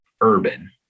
urban